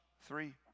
Three